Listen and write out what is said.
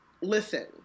Listen